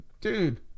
dude